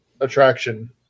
attraction